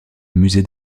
musée